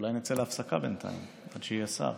אולי נצא להפסקה בינתיים עד שיהיה שר,